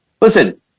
listen